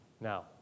Now